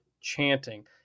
chanting